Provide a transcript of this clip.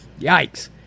Yikes